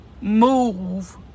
move